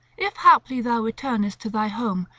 if haply thou returnest to thy home,